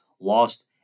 lost